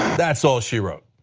that's all she wrote.